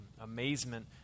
amazement